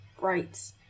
-"Right